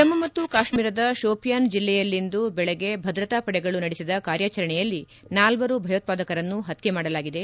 ಜಮ್ನು ಮತ್ತು ಕಾಶ್ಸೀರದ ಶೋಪಿಯಾನ್ ಜಿಲ್ಲೆಯಲ್ಲಿಂದು ಬೆಳಗ್ಗೆ ಭದ್ರತಾ ಪಡೆಗಳು ನಡೆಸಿದ ಕಾರ್ಯಾಚರಣೆಯಲ್ಲಿ ನಾಲ್ವರು ಭಯೋತ್ವಾದಕರನ್ನು ಹತ್ಯೆ ಮಾಡಲಾಗಿದೆ